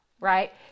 right